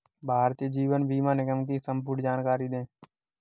भारतीय जीवन बीमा निगम की संपूर्ण जानकारी दें?